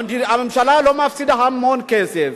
הממשלה לא מפסידה המון כסף.